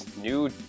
new